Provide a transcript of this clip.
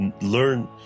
learn